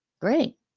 Great